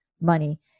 money